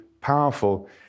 powerful